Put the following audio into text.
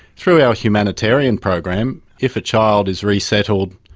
through our humanitarian program, if a child is resettled,